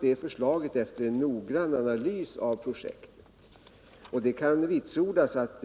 Det kan vitsordas att